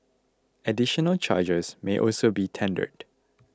additional charges may also be tendered